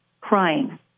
crying